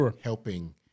helping